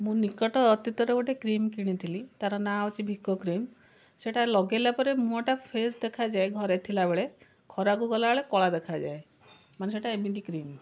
ମୁଁ ନିକଟ ଅତୀତରେ ଗୋଟେ କ୍ରିମ୍ କିଣିଥିଲି ତା'ର ନାଁ ହେଉଛି ଭିକୋ କ୍ରିମ୍ ସେଇଟା ଲଗେଇଲା ପରେ ମୁଁହଟା ଫ୍ରେସ୍ ଦେଖାଯାଏ ଘରେ ଥିଲାବେଳେ ଖରାକୁ ଗଲାବେଳେ କଳା ଦେଖାଯାଏ ମାନେ ସେଇଟା ଏମିତି କ୍ରିମ୍